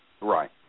Right